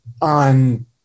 on